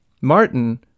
martin